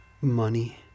Money